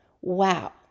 Wow